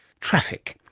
traffic.